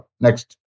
Next